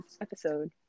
episode